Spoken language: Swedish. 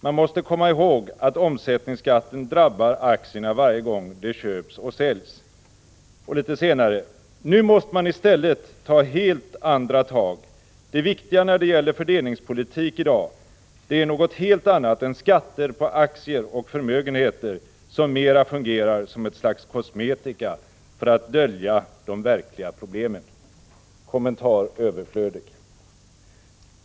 Man måste komma ihåg att omsättningsskatten drabbar aktierna varje gång de köps och säljs.” Litet senare i intervjun säger han: ”Nu måste man i stället ta helt andra tag. Det viktiga när det gäller fördelningspolitik i dag, det är något helt annat än skatter på aktier och förmögenheter som mera fungerar som ett slags kosmetika för att dölja de verkliga problemen.” Kommentar är överflödig.